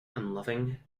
unloving